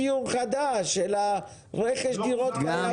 לא רק דיור חדש אלא רכש דירות קיימות.